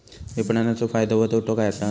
विपणाचो फायदो व तोटो काय आसत?